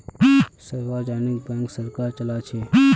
सार्वजनिक बैंक सरकार चलाछे